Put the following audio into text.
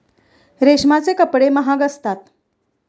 रेशमाचे कपडे महाग असतात